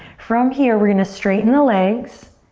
from here, we're gonna straighten the legs.